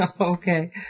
Okay